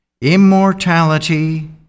immortality